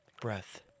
breath